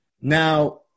Now